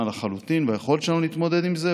לחלוטין והיכולת שלנו להתמודד עם זה,